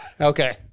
Okay